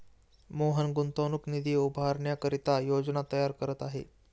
मोहन गुंतवणूक निधी उभारण्याकरिता योजना तयार करत आहे